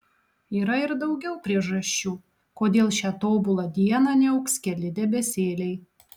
yra ir daugiau priežasčių kodėl šią tobulą dieną niauks keli debesėliai